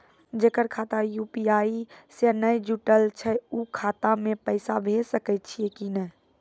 जेकर खाता यु.पी.आई से नैय जुटल छै उ खाता मे पैसा भेज सकै छियै कि नै?